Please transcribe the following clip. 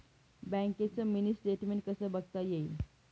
बँकेचं mini statement कसं बघता येईल?